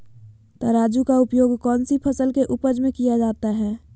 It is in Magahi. तराजू का उपयोग कौन सी फसल के उपज में किया जाता है?